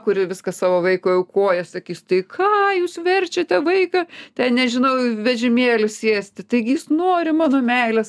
kuri viską viską savo vaikui aukoja sakys tai ką jūs verčiate vaiką ten nežinau į vežimėlį sėsti taigi jis nori mano meilės